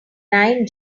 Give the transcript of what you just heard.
nine